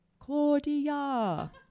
Claudia